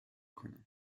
کنم